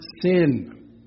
sin